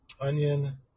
onion